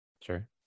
Sure